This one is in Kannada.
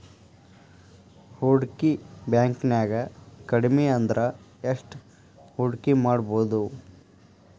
ಹೂಡ್ಕಿ ಬ್ಯಾಂಕ್ನ್ಯಾಗ್ ಕಡ್ಮಿಅಂದ್ರ ಎಷ್ಟ್ ಹೂಡ್ಕಿಮಾಡ್ಬೊದು?